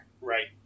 Right